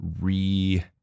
re